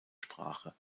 sprache